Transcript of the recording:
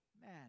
man